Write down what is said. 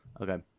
Okay